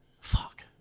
fuck